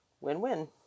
Win-win